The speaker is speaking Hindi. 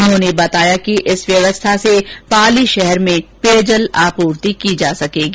उन्होंने बताया कि इस व्यवस्था से पानी शहर में पेयजल आपूर्ति की जा सकेगी